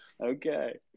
Okay